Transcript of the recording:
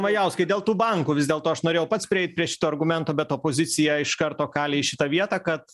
majauskai dėl tų bankų vis dėlto aš norėjau pats prieit prie šito argumento bet opozicija iš karto kalė į šitą vietą kad